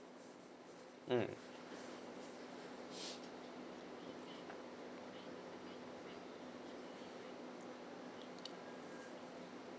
mmhmm